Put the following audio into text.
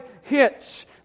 hits